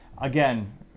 again